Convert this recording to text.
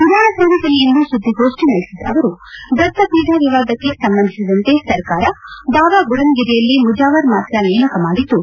ವಿಧಾನಸೌಧದಲ್ಲಿಂದು ಸುದ್ಲಿಗೋಷ್ನಿ ನಡೆಸಿದ ಅವರು ದತ್ತಪೀಠ ವಿವಾದಕ್ಕೆ ಸಂಬಂಧಿಸಿದಂತೆ ಸರ್ಕಾರ ಬಾಬಾಬುಡನಗಿರಿಯಲ್ಲಿ ಮುಜಾವರ್ ಮಾತ್ರ ನೇಮಕ ಮಾಡಿದ್ದು